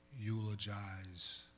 eulogize